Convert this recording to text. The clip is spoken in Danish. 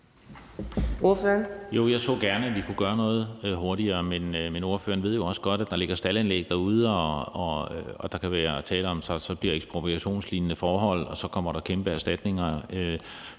jeg så gerne, at vi kunne gøre noget hurtigere, men ordføreren ved jo også godt, at der ligger staldanlæg derude. Der kan være tale om, at der så bliver ekspropriationslignende forhold, og så kommer der kæmpe erstatninger.